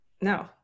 No